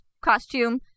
costume